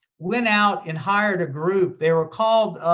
went out and hired a group, they were called,